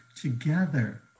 together